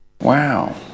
Wow